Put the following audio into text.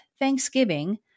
thanksgiving